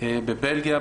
בבלגיה,